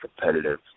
competitive